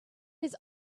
his